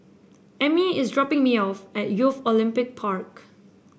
Emmy is dropping me off at Youth Olympic Park